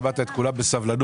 שמעת את כולם בסבלנות.